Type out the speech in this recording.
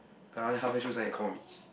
uh halfway through suddenly you call me